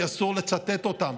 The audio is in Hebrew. כי אסור לצטט אותם.